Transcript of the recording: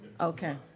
Okay